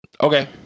Okay